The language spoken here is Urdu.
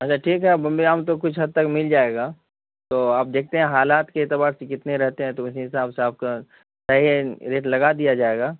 اچھا ٹھیک ہے اب بمبئیا آم تو کچھ حد تک مل جائے گا تو آپ دیکھتے ہیں حالات کے اعتبار سے کتنے رہتے ہیں تو اسی حساب سے آپ کا صحیح ریٹ لگا دیا جائے گا